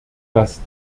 dass